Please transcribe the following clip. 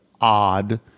odd